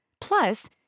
Plus